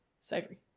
Savory